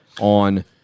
on